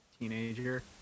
teenager